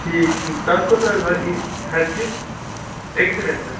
ٹھیٖک ٹھیٖک تتھ کوٗتاہ حظ یی خرچہٕ أکِس رٮ۪تَس